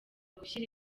gushyira